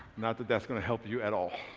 not that, that is going to help you at all.